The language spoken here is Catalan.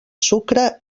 sucre